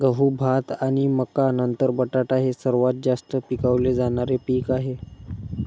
गहू, भात आणि मका नंतर बटाटा हे सर्वात जास्त पिकवले जाणारे पीक आहे